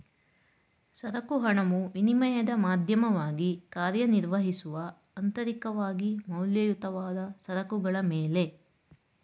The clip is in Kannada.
ಸರಕು ಹಣವು ವಿನಿಮಯದ ಮಾಧ್ಯಮವಾಗಿ ಕಾರ್ಯನಿರ್ವಹಿಸುವ ಅಂತರಿಕವಾಗಿ ಮೌಲ್ಯಯುತವಾದ ಸರಕುಗಳ ಮೇಲೆ ಅವಲಂಬಿತವಾಗಿದೆ